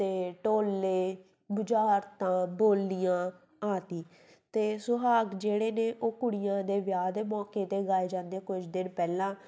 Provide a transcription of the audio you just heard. ਅਤੇ ਢੋਲੇ ਬੁਝਾਰਤਾਂ ਬੋਲੀਆਂ ਆਦਿ ਅਤੇ ਸੁਹਾਗ ਜਿਹੜੇ ਨੇ ਉਹ ਕੁੜੀਆਂ ਦੇ ਵਿਆਹ ਦੇ ਮੌਕੇ 'ਤੇ ਗਾਏ ਜਾਂਦੇ ਕੁਝ ਦਿਨ ਪਹਿਲਾਂ